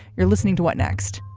you're listening to what next.